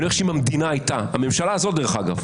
אני אומר לך שאם המדינה הייתה דרך אגב,